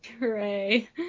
Hooray